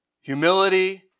humility